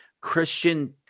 Christian